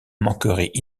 manquerait